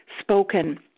spoken